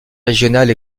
régionales